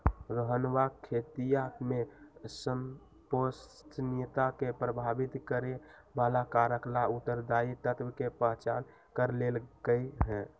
रोहनवा खेतीया में संपोषणीयता के प्रभावित करे वाला कारक ला उत्तरदायी तत्व के पहचान कर लेल कई है